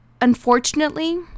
unfortunately